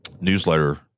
newsletter